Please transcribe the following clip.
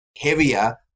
heavier